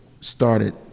started